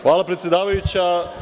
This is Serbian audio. Hvala predsedavajuća.